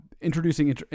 introducing